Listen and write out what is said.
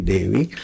Devi